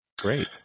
Great